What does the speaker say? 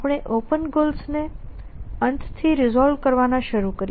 આપણે ઓપન ગોલ્સને અંતથી રિસોલ્વ કરવાના શરૂ કર્યા